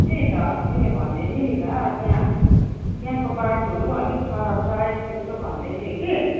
त्यही त अस्ति नै भन्दै थिएँ नि त त्यहाँ त्यहाँको बाटोहरू अलिक खराब छ यस्तो यस्तो भन्दैथे कि